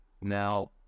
Now